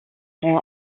rend